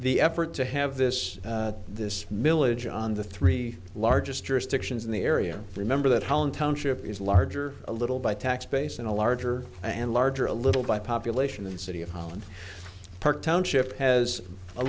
the effort to have this this milledge on the three largest jurisdictions in the area remember that home township is larger a little by tax base and a larger and larger a little by population density of holland park township has a